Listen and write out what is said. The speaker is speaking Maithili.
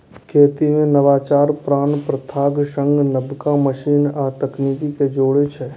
खेती मे नवाचार पुरान प्रथाक संग नबका मशीन आ तकनीक कें जोड़ै छै